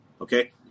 Okay